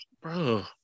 bro